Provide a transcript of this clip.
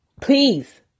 Please